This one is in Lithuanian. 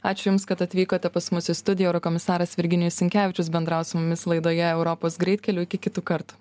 ačiū jums kad atvykote pas mus į studiją eurokomisaras virginijus sinkevičius bendrauv su mumis laidoje europos greitkeliu iki kitų kartų